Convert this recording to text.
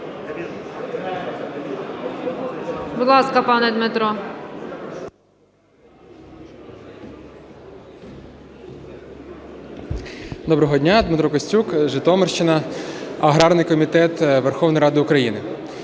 Доброго дня. Дмитро Костюк, Житомирщина, аграрний комітет Верховної Ради України.